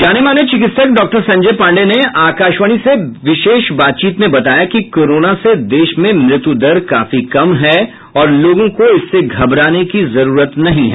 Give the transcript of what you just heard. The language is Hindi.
जानेमाने चिकित्सक डॉ संजय पांडेय ने आकाशवाणी से विशेष बातचीत में बताया कि कोरोना से देश में मृत्यु दर काफी कम है और लोगों को इससे घबराने की जरूरत नहीं है